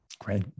Great